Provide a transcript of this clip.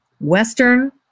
Western